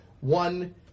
one